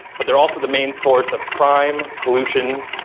but they're also the main source of crime, pollution,